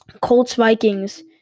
Colts-Vikings